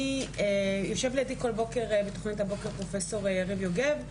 משום שכשיושב לידי כל בוקר בתוכניות הבוקר פרופ' הראל יוגב,